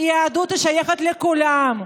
היהדות שייכת לכולם,